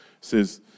says